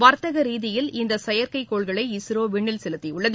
வர்த்தக ரீதியில் இந்த செயற்கைக்கோள்களை இஸ்ரோ விண்ணில் செலுத்தியுள்ளது